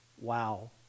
wow